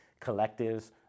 Collectives